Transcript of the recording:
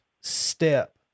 step